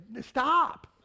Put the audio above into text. Stop